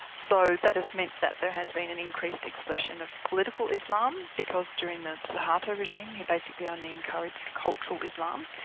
so that has meant that there has been an increased expression of political islam, because during the soeharto regime he basically only encouraged cultural islam.